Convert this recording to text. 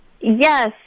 Yes